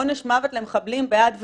עונש מוות למחבלים: בעד ונגד.